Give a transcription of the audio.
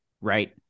right